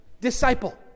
disciple